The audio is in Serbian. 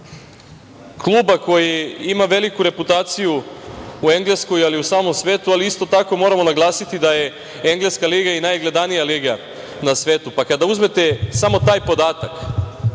kluba koji ima veliku reputaciju u Engleskoj, ali i u samom svetu, ali isto tako, moramo naglasiti da je engleska liga i najgledanija liga na svetu, pa kada uzmete samo taj podatak